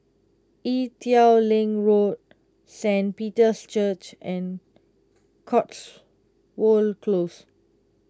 Ee Teow Leng Road Saint Peter's Church and Cotswold Close